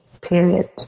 period